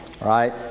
right